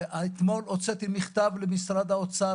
אתמול הוצאתי מכתב למשרד האוצר